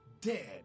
dead